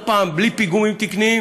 נראה אותם עוד פעם בלי פיגומים תקניים,